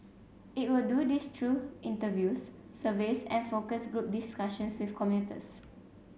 it will do this through interviews surveys and focus group discussions with commuters